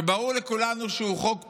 שברור לכולנו שהוא חוק פרסונלי,